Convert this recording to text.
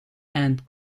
and